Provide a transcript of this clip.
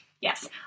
yes